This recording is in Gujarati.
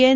એન